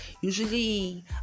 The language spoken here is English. usually